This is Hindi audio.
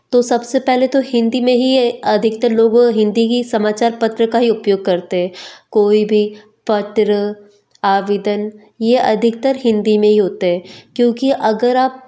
तो सबसे पहले तो हिंदी में ही अधिकतर लोग हिंदी ही समाचार पत्र का ही उपयोग करते हैं कोई भी पत्र आवेदन ये अधिकतर हिन्दी में ही होते हैं क्योंकि अगर आप